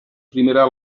primarà